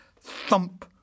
thump